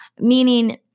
meaning